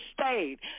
stayed